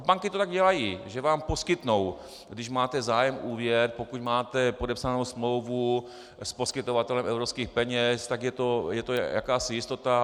Banky to tak dělají, že vám poskytnou, když máte zájem o úvěr, pokud máte podepsanou smlouvu s poskytovatelem evropských peněz, tak je to jakási jistota.